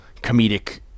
comedic